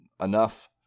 enough